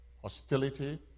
hostility